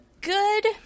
good